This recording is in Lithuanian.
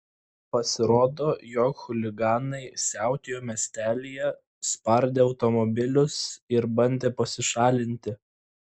pasirodo jog chuliganai siautėjo miestelyje spardė automobilius ir bandė pasišalinti